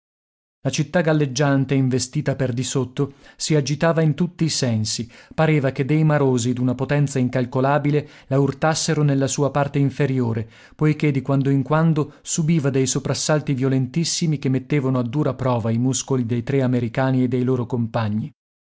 la città galleggiante investita per di sotto si agitava in tutti i sensi pareva che dei marosi d'una potenza incalcolabile la urtassero nella sua parte inferiore poiché di quando in quando subiva dei soprassalti violentissimi che mettevano a dura prova i muscoli dei tre americani e dei loro compagni